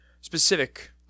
specific